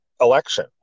election